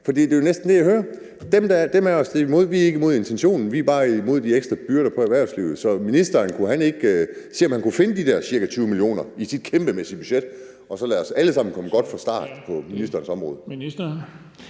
salen. Det er jo næsten det, jeg hører. Dem af os, der er imod, er ikke imod intentionen; vi er bare imod de ekstra byrder på erhvervslivet. Så kunne ministeren ikke se, om han kunne finde de der ca. 20 mio. kr. i sit kæmpemæssige budget? Og så lad os alle sammen komme godt fra start på ministerens område.